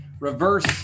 reverse